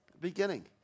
beginning